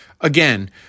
Again